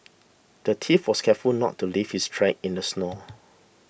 the thief was careful not to leave his tracks in the snow